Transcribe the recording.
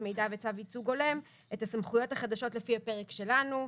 מידע וצו ייצוג הולם את הסמכויות החדשות לפי הפרק שלנו,